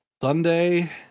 Sunday